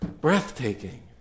breathtaking